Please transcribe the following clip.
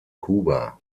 kuba